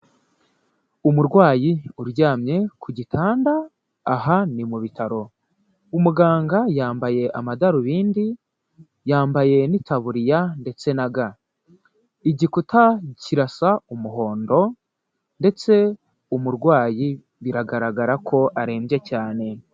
Umurwayi uryamye ku gitanda, aha ni mu bitaro, umuganga yambaye amadarubindi yambaye n'itaburiya ndetse na ga, igikuta kirasa umuhondo ndetse umurwayi biragaragara ko arembye cyane.